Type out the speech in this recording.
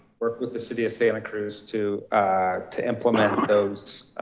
work with the city of santa cruz to to implement those